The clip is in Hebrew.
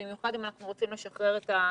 במיוחד אם אנחנו רוצים לשחרר את המשק.